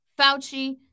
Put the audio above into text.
Fauci